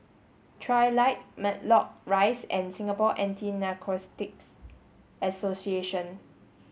Trilight Matlock Rise and Singapore Anti Narcotics Association